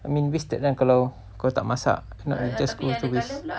I mean wasted kan kalau kau tak masak it'll just go to waste